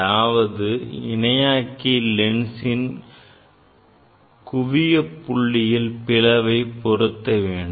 அதாவது இணையாக்கி லென்ஸின் குவியப் புள்ளியில் பிளவை பொருத்த வேண்டும்